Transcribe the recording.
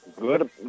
Good